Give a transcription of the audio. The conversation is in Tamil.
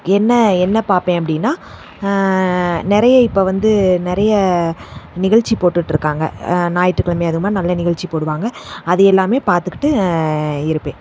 என்ன என்ன பார்ப்பேன் அப்படின்னால் நிறைய இப்போ வந்து நிறைய நிகழ்ச்சி போட்டுகிட்டு இருக்காங்க ஞாயிற்றுக்கிழமை அதுவுமா நல்ல நிகழ்ச்சி போடுவாங்க அது எல்லாமே பார்த்துக்கிட்டு இருப்பேன்